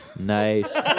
Nice